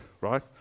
right